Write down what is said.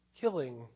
Killing